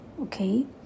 okay